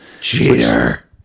Cheater